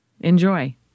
Enjoy